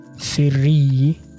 three